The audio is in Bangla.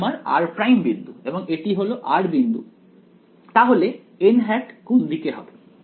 এটি আমার r' বিন্দু এবং এটি হল r বিন্দু তাহলে কোন দিকে হবে